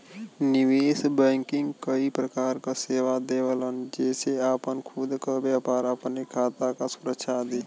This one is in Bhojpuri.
निवेश बैंकिंग कई प्रकार क सेवा देवलन जेसे आपन खुद क व्यापार, अपने खाता क सुरक्षा आदि